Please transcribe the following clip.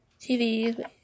TVs